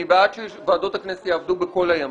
אני בעד שוועדות הכנסת יעבדו בכל הימים,